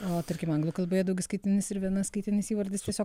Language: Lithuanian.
o tarkim anglų kalboje daugiskaitinis ir vienaskaitinis įvardis tiesiog